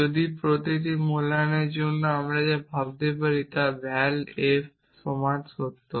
যদি প্রতিটি মূল্যায়নের জন্য আমরা যা ভাবতে পারি ভ্যাল f সমান সত্য